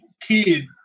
kid